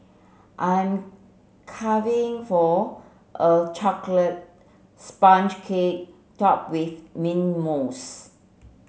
I'm for a chocolate sponge cake topped with mint mousse